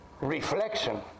reflection